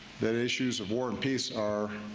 that issues of war and peace are